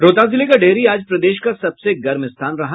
रोहतास जिले का डेहरी आज प्रदेश का सबसे गर्म स्थान रहा